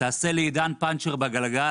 "תעשה לעידן פנצ'ר בגלגל.